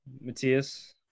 Matthias